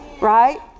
Right